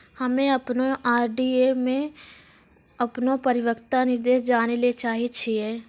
हम्मे अपनो आर.डी मे अपनो परिपक्वता निर्देश जानै ले चाहै छियै